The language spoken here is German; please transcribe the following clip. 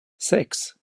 sechs